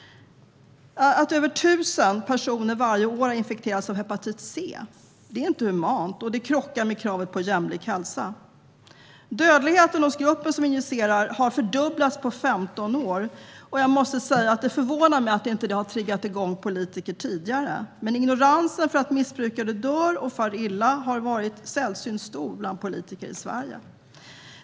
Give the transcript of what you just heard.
Att över 1 000 personer varje år har infekterats av hepatit C är inte humant, och det krockar med kravet på jämlik hälsa. Dödligheten hos gruppen som injicerar har fördubblats på 15 år, och jag måste säga att det förvånar mig att detta inte har triggat igång politiker tidigare. Men ignoransen för att missbrukare dör och far illa har varit sällsynt stor bland politiker i Sverige.